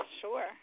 sure